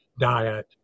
diet